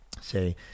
say